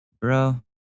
Bro